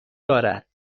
دارد